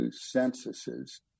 censuses